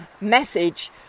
message